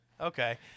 Okay